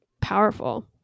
powerful